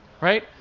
Right